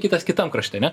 kitas kitam krašte ane